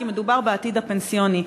כי מדובר בעתיד הפנסיוני.